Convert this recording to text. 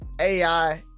AI